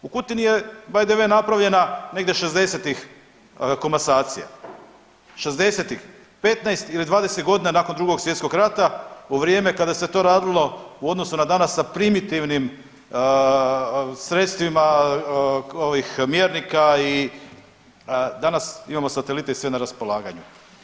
U Kutini je bay the way napravljena negdje '60.-ih komasacija. '60.-ih, 15 ili 20 godina nakon Drugog svjetskog rata u vrijeme kada se to radilo u odnosu na danas sa primitivnim sredstvima ovih mjernika i danas imamo satelite i sve na raspolaganju.